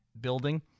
building